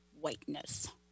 whiteness